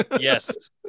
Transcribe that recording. yes